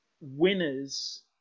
winners